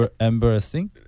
embarrassing